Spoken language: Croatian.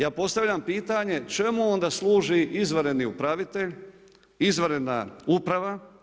Ja postavljam pitanje čemu onda služi izvanredni upravitelj, izvanredna uprava.